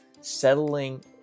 settling